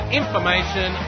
information